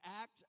act